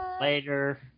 later